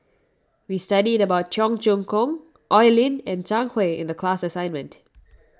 we studied about Cheong Choong Kong Oi Lin and Zhang Hui in the class assignment